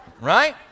Right